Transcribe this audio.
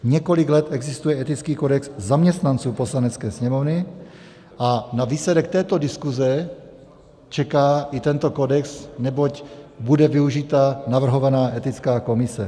Několik let existuje etický kodex zaměstnanců Poslanecké sněmovny a na výsledek této diskuze čeká i tento kodex, neboť bude využita navrhovaná etická komise.